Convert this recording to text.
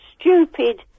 stupid